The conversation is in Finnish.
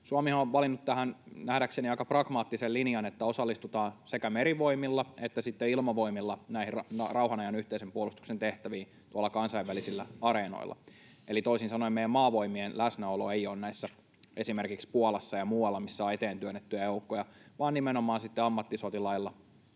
Suomihan on valinnut tähän nähdäkseni aika pragmaattisen linjan, että osallistutaan sekä merivoimilla että sitten ilmavoimilla näihin rauhan ajan yhteisen puolustuksen tehtäviin tuolla kansainvälisillä areenoilla. Eli toisin sanoen meidän maavoimien läsnäolo ei ole näissä, esimerkiksi Puolassa ja muualla, missä on eteentyönnettyjä joukkoja, vaan nimenomaan sitten ammattisotilailla